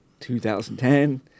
2010-